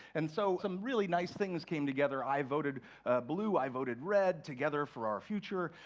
and so some really nice things came together. i voted blue. i voted red. together, for our future.